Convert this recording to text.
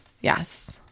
Yes